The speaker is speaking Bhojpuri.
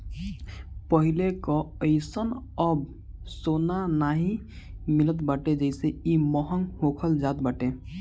पहिले कअ जइसन अब सोना नाइ मिलत बाटे जेसे इ महंग होखल जात बाटे